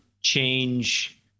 change